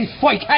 fight